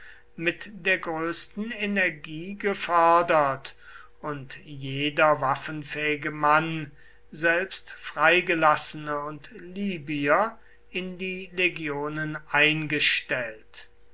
mit der größten energie gefördert und jeder waffenfähige mann selbst freigelassene und libyer in die legionen eingestellt